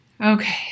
Okay